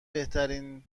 بهترین